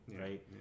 right